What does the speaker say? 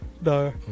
No